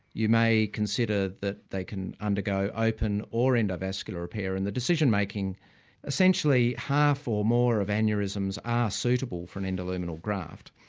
you may consider that they can undergo open or endovascular repair. and the decision-making essentially half or more of aneurysms are suitable for and endoluminal graft.